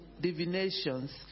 divinations